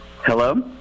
hello